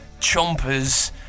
chompers